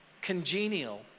congenial